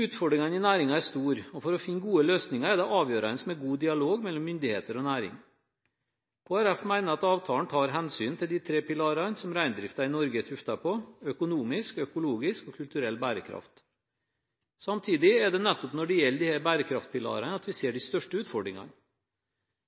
Utfordringene i næringen er store, og for å finne gode løsninger er det avgjørende med god dialog mellom myndigheter og næring. Kristelig Folkeparti mener at avtalen tar hensyn til de tre pilarene som reindriften i Norge er tuftet på: økonomisk, økologisk og kulturell bærekraft. Samtidig er det nettopp når det gjelder disse bærekraftpilarene, at vi ser de største utfordringene.